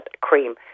cream